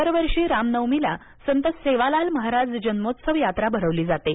दरवर्षी राम नवमीला संत सेवालाल महाराज जन्मोत्सव यात्रा भरवली जाते